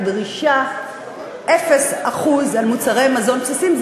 הדרישה של 0% מע"מ על מוצרי מזון בסיסיים.